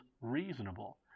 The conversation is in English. reasonable